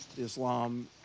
Islam